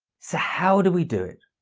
so how do we do it?